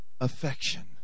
affection